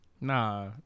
Nah